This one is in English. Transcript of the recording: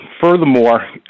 furthermore